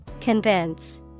Convince